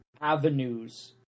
avenues